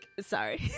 sorry